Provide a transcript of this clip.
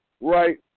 right